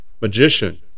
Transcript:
magician